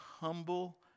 humble